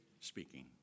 speaking